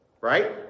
right